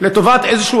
אנחנו